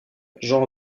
jean